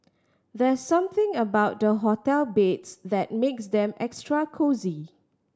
there's something about the hotel beds that makes them extra cosy